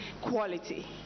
quality